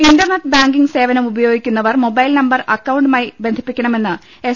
internet banking സേവനം ഉപയോഗിക്കുന്നവർ mobile number അക്കൌണ്ടുമായി ബന്ധിപ്പിക്കണമെന്ന് എസ്